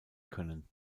können